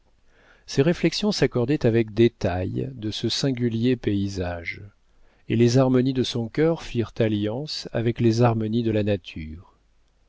ses réflexions s'accordaient avec les détails de ce singulier paysage et les harmonies de son cœur firent alliance avec les harmonies de la nature